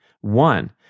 One